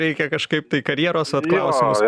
reikia kažkaip tai karjeros vat klausimus